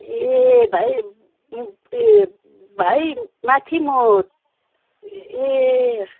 ए भाइ ए भाइ माथि म ए